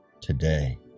today